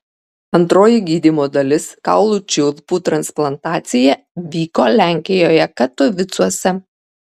antroji gydymo dalis kaulų čiulpų transplantacija vyko lenkijoje katovicuose